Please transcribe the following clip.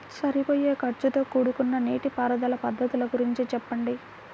సరిపోయే ఖర్చుతో కూడుకున్న నీటిపారుదల పద్ధతుల గురించి చెప్పండి?